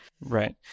Right